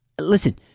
Listen